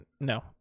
no